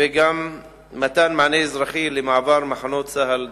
וגם מתן מענה אזרחי למעבר מחנות צה"ל דרומה,